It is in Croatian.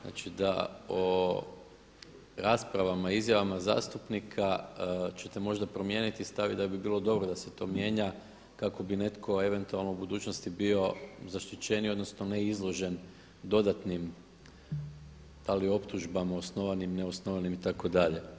Znači, da o raspravama i izjavama zastupnika ćete možda promijeniti stav i da bi bilo dobro da se to mijenja kako bi netko eventualno u budućnosti bio zaštićeniji odnosno ne izložen dodatnim da li optužbama osnovanim, neosnovanim itd.